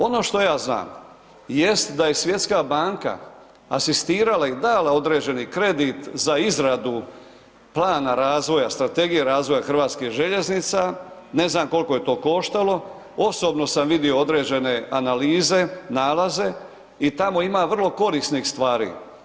Ono što ja znam jest, da je Svjetska banka asistirala i dala određeni kredit za izradu plana razvoja, strategije razvoja Hrvatskih željeznica, ne znam koliko je to koštalo, osobno sam vidio određene analize nalaze i tamo ima vrlo korisnih stvari.